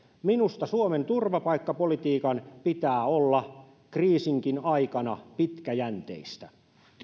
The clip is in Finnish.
minusta suomen turvapaikkapolitiikan pitää olla kriisinkin aikana pitkäjänteistä